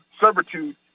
servitude